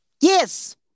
Yes